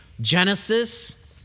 Genesis